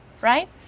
right